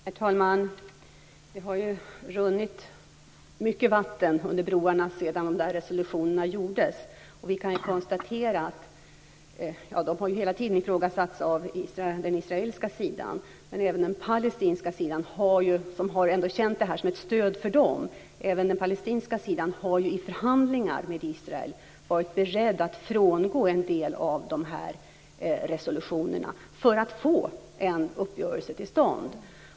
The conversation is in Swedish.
Herr talman! Det har runnit mycket vatten under broarna sedan de där resolutionerna gjordes. De har hela tiden ifrågasatts av den israeliska sidan, men den palestinska sidan har ändå känt dem som ett stöd, även om den palestinska sidan i förhandlingar med Israel har varit beredd att frångå en del av resolutionerna för att få en uppgörelse till stånd.